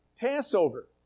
Passover